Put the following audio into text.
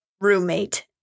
roommate